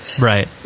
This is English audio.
Right